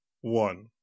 one